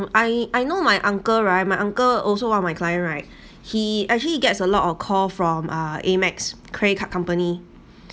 I I know my uncle right my uncle also one of my client right he actually gets a lot of calls from uh AMEX credit card company